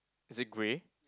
is it grey